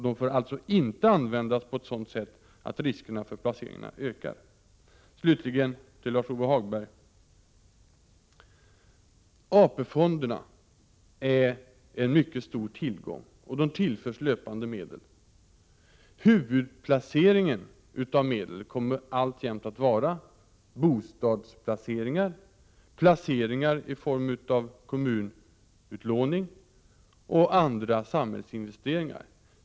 De får inte användas på sådant sätt att riskerna för placerarna ökar. Till slut några ord till Lars-Ove Hagberg. AP-fonderna är en mycket stor tillgång, och de tillförs löpande medel. Medlen kommer alltjämt att huvudsakligen placeras i bostäder, i kommunutlåning och andra samhällsinvesteringar.